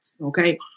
Okay